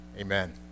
Amen